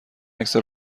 عکس